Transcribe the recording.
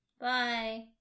Bye